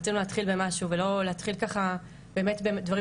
רצינו להתחיל במשהו ולא להתחיל באמת בדברים